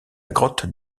grotte